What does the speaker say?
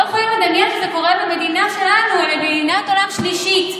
לא יכולים לדמיין שקורים במדינה שלנו אלא במדינת עולם שלישי,